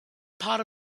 part